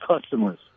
customers